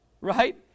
Right